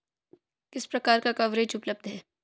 किस प्रकार का कवरेज उपलब्ध है?